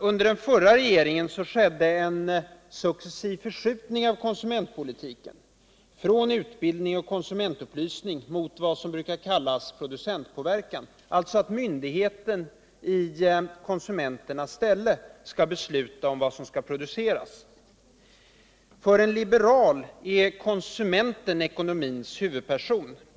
Under den förra regeringen skedde en successiv förskjutning av konsumentpolitiken från utbildning och konsumentupplysning mot vad som brukar kallas producentpåverkan, dvs. att myndigheten i konsumenternas ställe skall besluta vad som skall produceras. För en liberal är konsumenten eckonomins huvudperson.